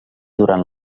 durant